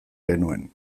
genuen